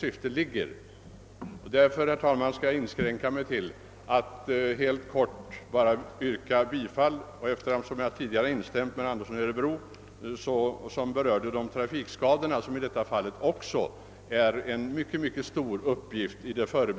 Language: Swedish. Jag har tidigare instämt med herr Andersson i Örebro, som berörde tra fikskadorna. Också i detta fall har den förebyggande verksamheten stor betydelse.